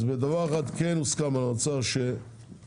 אז בדבר אחד כן הוסכם עם האוצר שההתייעצות